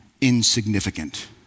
insignificant